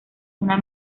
una